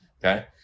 okay